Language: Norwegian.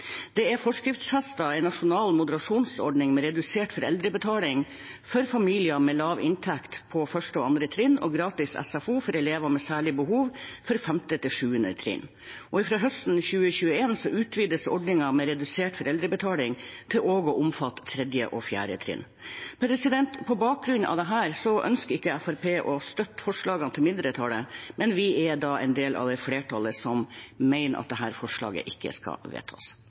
på 1. og 2. trinn og gratis SFO for elever med særlige behov for 5.–7. trinn. Fra høsten 2021 utvides ordningen med redusert foreldrebetaling til også å omfatte 3. og 4. trinn. På bakgrunn av dette ønsker ikke Fremskrittspartiet å støtte forslagene fra mindretallet, men vi er en del av flertallet som mener at dette forslaget ikke skal vedtas.